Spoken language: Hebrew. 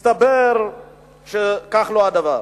מסתבר שלא כך הדבר.